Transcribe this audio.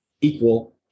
equal